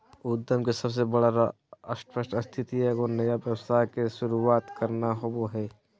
उद्यम के सबसे बड़ा स्पष्ट स्थिति एगो नया व्यवसाय के शुरूआत करना होबो हइ